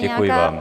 Děkuji vám.